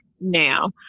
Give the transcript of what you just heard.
now